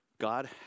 God